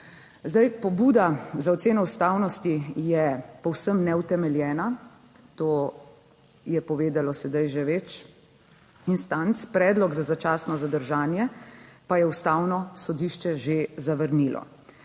Zdaj, pobuda za oceno ustavnosti je povsem neutemeljena. To je povedalo sedaj že več instanc, predlog za začasno zadržanje pa je Ustavno sodišče že zavrnilo.